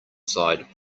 side